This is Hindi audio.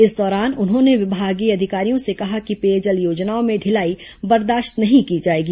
इस दौरान उन्होंने विभागीय अधिकारियों से कहा कि पेयजल योजनाओं में ढिलाई बर्दाश्त नहीं की जाएगी